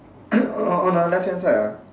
on on our left hand side ah